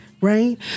right